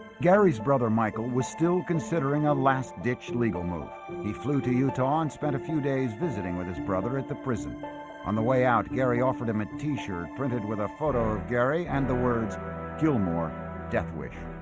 gary's brother michael was still considering a last-ditch legal move he flew to utah and spent a few days visiting with his brother at the prison on the way out gary offered him a t-shirt printed with a photo of gary and the words gilmore death wish